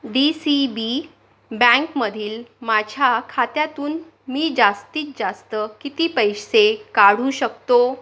D C B बँकमधील माझ्या खात्यातून मी जास्तीत जास्त किती पैसे काढू शकतो